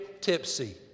tipsy